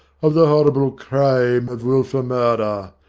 of the horrible crime of wilful murder.